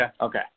Okay